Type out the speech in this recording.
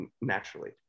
naturally